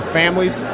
families